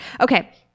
Okay